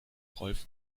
rolf